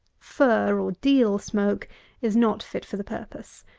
fir, or deal, smoke is not fit for the purpose.